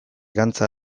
gantza